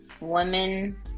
women